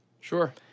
Sure